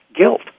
guilt